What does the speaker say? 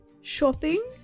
Shopping